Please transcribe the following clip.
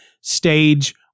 stage